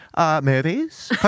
movies